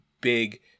big